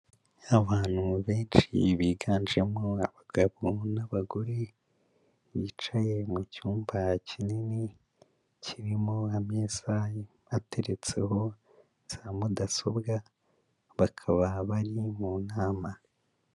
Abantu benshi biganjemo abagabo n'abagore bicaye mu cyumba kinini kirimo ameza ateretseho za mudasobwa, bakaba bari mu nama.